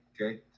Okay